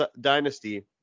dynasty